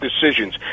decisions